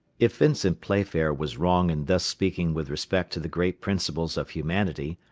if vincent playfair was wrong in thus speaking with respect to the great principles of humanity,